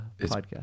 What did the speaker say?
podcast